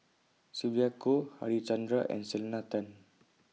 Sylvia Kho Harichandra and Selena Tan